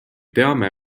teame